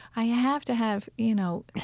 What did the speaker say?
i have to have, you know,